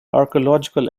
archaeological